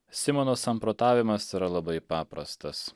simono samprotavimas yra labai paprastas